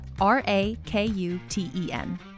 R-A-K-U-T-E-N